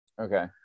Okay